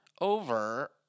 over